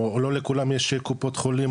או לא לכולם יש קופות חולים,